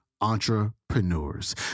Entrepreneurs